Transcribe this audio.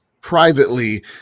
privately